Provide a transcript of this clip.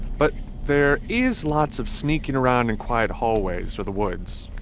but there is lots of sneaking around in quiet hallways or the woods.